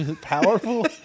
powerful